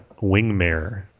Wingmare